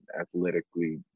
athletically